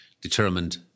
determined